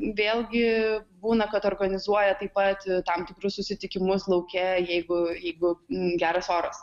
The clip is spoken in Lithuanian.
vėlgi būna kad organizuoja taip pat tam tikrus susitikimus lauke jeigu jeigu geras oras